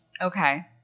Okay